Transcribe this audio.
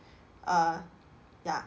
uh ya